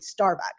Starbucks